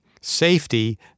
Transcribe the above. safety